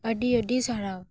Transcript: ᱟᱹᱰᱤ ᱟᱹᱰᱤ ᱥᱟᱨᱦᱟᱣ